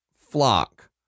flock